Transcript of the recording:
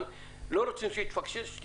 פה לא רוצים שאיזושהי פעולה תתפקשש.